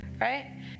right